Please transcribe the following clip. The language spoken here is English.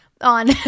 on